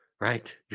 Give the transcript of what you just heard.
right